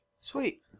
Sweet